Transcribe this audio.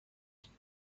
جلسه